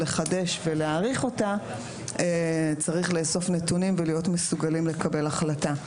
לחדש ולהאריך אותה צריך לאסוף נתונים ולהיות מסוגלים לקבל החלטה.